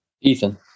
Ethan